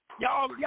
Y'all